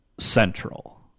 central